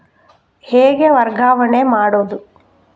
ಹೇಗೆ ವರ್ಗಾವಣೆ ಮಾಡುದು?